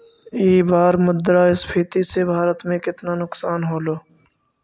ई बार मुद्रास्फीति से भारत में केतना नुकसान होलो